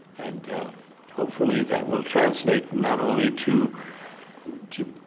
and hopefully, that will translate not only to to